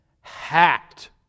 hacked